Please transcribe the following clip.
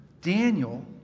Daniel